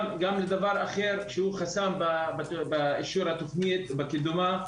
לדבר אחר שהוא חסם באישור התכנית ובקידומה,